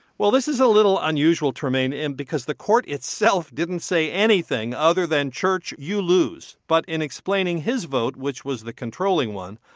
well, this is a little unusual, trymaine, and because the court itself didn't say anything other than, church, you lose. but in explaining his vote, which was the controlling one,